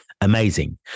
Amazing